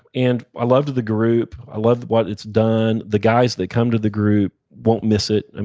and i loved the group. i loved what it's done, the guys that come to the group won't miss it. and